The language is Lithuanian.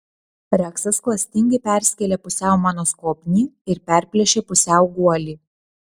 reksas klastingai perskėlė pusiau mano skobnį ir perplėšė pusiau guolį